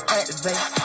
activate